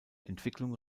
entwicklung